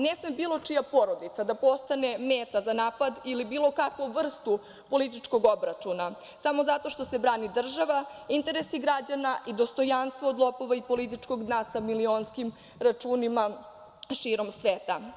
Ne sme bilo čija porodica da postane meta za napad ili bilo kakvu vrstu političkog obračuna, samo zato što se brani država, interesi građana i dostojanstvo od lopova i političkog dna sa milionskim računima širom sveta.